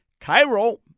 Cairo